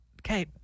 Okay